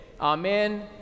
Amen